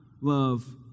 love